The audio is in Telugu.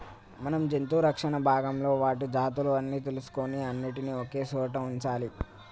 మనం జంతు రక్షణ భాగంలో వాటి జాతులు అన్ని తెలుసుకొని అన్నిటినీ ఒకే సోట వుంచాలి